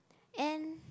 and